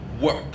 work